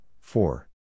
four